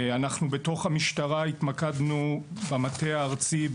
בתוך המשטרה אנחנו התמקדנו במטה הארצי,